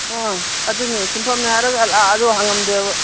ꯑꯥ ꯑꯗꯨꯅꯦ ꯁꯤꯟꯐꯝꯅꯦ ꯍꯥꯏꯔꯒ ꯂꯥꯛꯂꯁꯨ ꯍꯥꯡꯑꯝꯗꯦꯕ